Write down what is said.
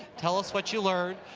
tell us what you learned.